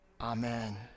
amen